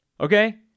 Okay